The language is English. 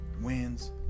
wins